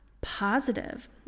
positive